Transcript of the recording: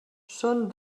són